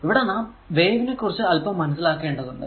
ഇവിടെ നാം വേവ് നെ കുറിച്ച് അല്പം മനസ്സിലാക്കേണ്ടതുണ്ട്